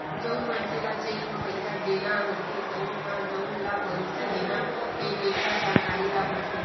जउन मनखे ल चेक म पइसा देना होथे तउन ह जउन ल पइसा देना हे तेखर जानकारी ल भरथे